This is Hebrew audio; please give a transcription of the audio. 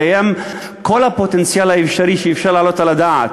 קיים כל הפוטנציאל האפשרי שאפשר להעלות על הדעת